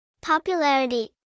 Popularity